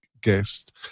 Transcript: guest